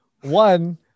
one